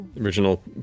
original